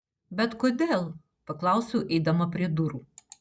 bet kodėl paklausiau eidama prie durų